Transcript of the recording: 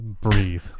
breathe